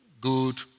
good